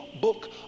book